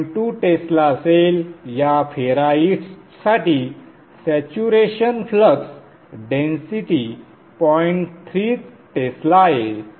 2 tesla असेल या फेराइट्ससाठी saturation flux density point three tesla आहे